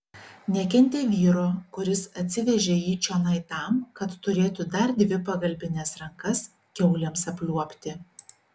nekentė vyro kuris atsivežė jį čionai tam kad turėtų dar dvi pagalbines rankas kiaulėms apliuobti